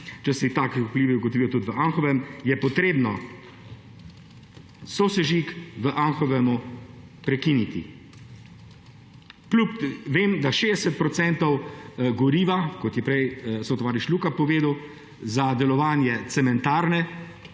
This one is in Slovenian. če se taki vplivi ugotovijo tudi v Anhovem, je potrebno sosežig v Anhovemu prekiniti. Vem, da 60 odstotkov goriva, kot je prej sotovariš Luka povedal, za delovanje cementarne